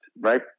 Right